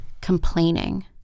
complaining